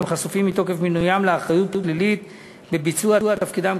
והם חשופים מתוקף מינוים לאחריות פלילית בביצוע תפקידם,